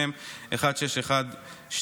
מ/1612,